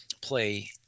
play